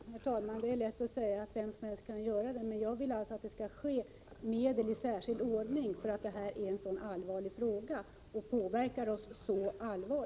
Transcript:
Herr talman! Det är lätt att säga att vem som helst kan göra det, men jag vill att det skall ske med medel tillförda i särskild ordning, eftersom detta är en allvarlig fråga som påverkar oss mycket.